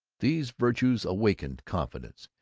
these virtues awakened confidence,